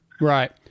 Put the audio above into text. right